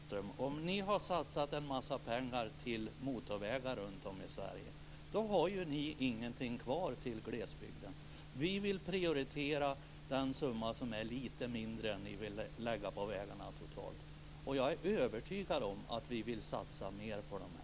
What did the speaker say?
Fru talman! Det är ju så enkelt, Jan-Evert Rådhström, att om ni har satsat en massa pengar på motorvägar runtom i Sverige, då har ni inget kvar till glesbygden. Vi vill prioritera utifrån en summa som är lite lägre än den ni vill lägga på vägarna totalt, och jag är övertygad om att vi vill satsa mer på det här.